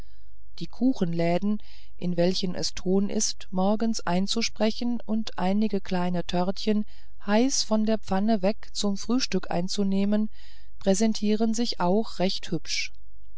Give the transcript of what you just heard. die kuchenläden in welchen es ton ist morgens einzusprechen und einige kleine törtchen heiß von der pfanne weg zum frühstück einzunehmen präsentieren sich auch recht hübsch